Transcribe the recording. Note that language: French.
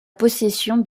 possession